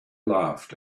laughed